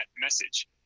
message